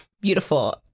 beautiful